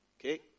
Okay